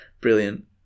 brilliant